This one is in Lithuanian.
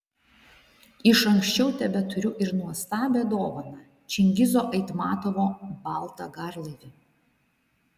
iš anksčiau tebeturiu ir nuostabią dovaną čingizo aitmatovo baltą garlaivį